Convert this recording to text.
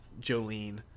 Jolene